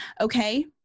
Okay